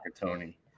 Tony